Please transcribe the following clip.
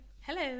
Hello